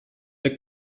der